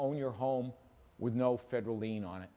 own your home with no federal lean on it